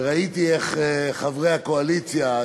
וראיתי את חברי הקואליציה,